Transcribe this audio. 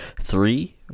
three